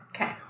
Okay